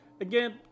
Again